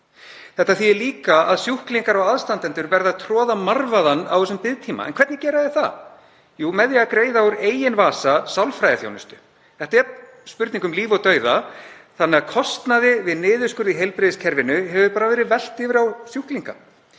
Þetta þýðir líka að sjúklingar og aðstandendur verða að troða marvaðann á þessum biðtíma. En hvernig gera þeir það? Jú, með því að greiða úr eigin vasa sálfræðiþjónustu. Þetta er spurning um líf og dauða þannig að við niðurskurð í heilbrigðiskerfinu hefur kostnaði verið velt yfir á sjúklinga.